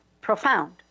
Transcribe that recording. profound